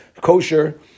kosher